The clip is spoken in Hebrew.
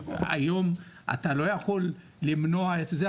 שהיום אתה לא יכול למנוע את זה,